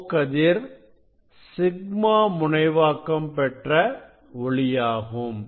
O கதிர் σ முனைவாக்கம் பெற்ற ஒளியாகும்